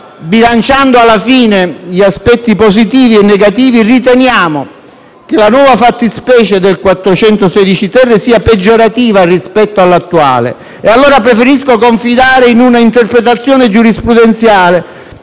bilanciando alla fine gli aspetti positivi e negativi, riteniamo che la nuova fattispecie del 416-*ter* sia peggiorativa rispetto all'attuale. E allora preferisco confidare in una interpretazione giurisprudenziale